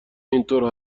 اینطور